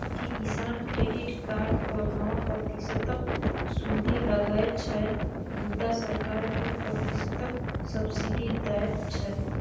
किसान credit card पर नौ प्रतिशतक सुदि लगै छै मुदा सरकार दु प्रतिशतक सब्सिडी दैत छै